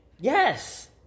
Yes